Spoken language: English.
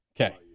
Okay